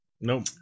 nope